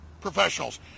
professionals